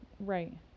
Right